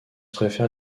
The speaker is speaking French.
préfère